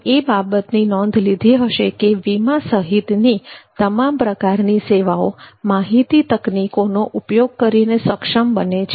તમે એ બાબતની નોંધ લીધી હશે કે વીમા સહિતની તમામ પ્રકારની સેવાઓ માહિતી તકનીકોનો ઉપયોગ કરીને સક્ષમ બને છે